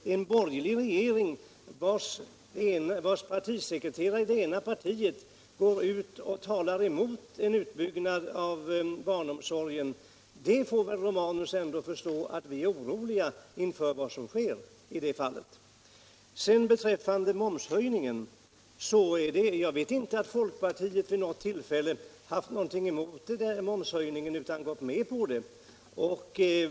När partisekreteraren i ett av de partier som ingår i denna borgerliga regering gör uttalanden, som vänder sig mot en utbyggnad av barnomsorgen, får väl herr Romanus ändå förstå, att vi är oroliga. Vad sedan beträffar momshöjningen känner jag inte till att folkpartiet vid något tillfälle haft något att anföra mot denna. Det har i stället gått med på höjningen.